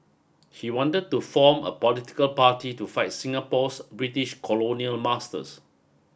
he wanted to form a political party to fight Singapore's British colonial masters